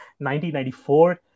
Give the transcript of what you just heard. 1994